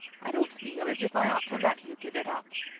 i don't feel as if i ought to let you give it up,